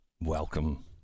welcome